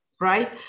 right